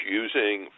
using